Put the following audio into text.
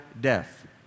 death